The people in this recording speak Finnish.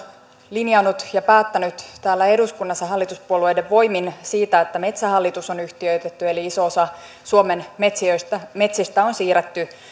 linjannut ja päättänyt täällä eduskunnassa hallituspuolueiden voimin siitä että metsähallitus on yhtiöitetty eli iso osa suomen metsistä metsistä on siirretty